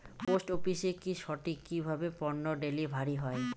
Post অফিসে কি সঠিক কিভাবে পন্য ডেলিভারি হয়?